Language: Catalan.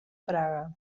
praga